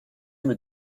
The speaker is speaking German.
mit